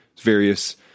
various